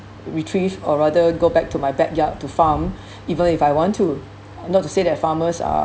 retrieve or rather go back to my backyard to farm even if I want to not to say that farmers are